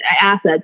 assets